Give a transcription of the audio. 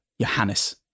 Johannes